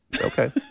Okay